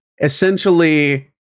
essentially